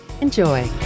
Enjoy